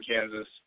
Kansas